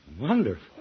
wonderful